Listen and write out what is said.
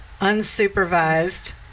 unsupervised